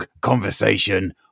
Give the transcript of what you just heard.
conversation